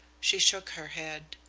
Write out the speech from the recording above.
she shook her head.